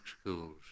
schools